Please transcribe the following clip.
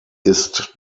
ist